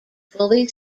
fully